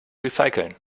recyceln